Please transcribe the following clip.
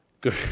Good